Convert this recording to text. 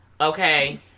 Okay